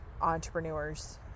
entrepreneurs